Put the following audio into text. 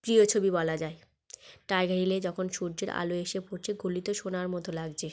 প্রিয় ছবি বলা যায় টাইগার হিলে যখন সূর্যের আলো এসে পড়ছে গলিত সোনার মতো লাগছে